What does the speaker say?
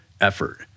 effort